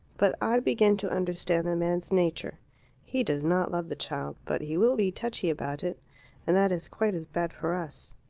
but i begin to understand the man's nature he does not love the child, but he will be touchy about it and that is quite as bad for us.